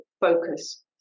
focus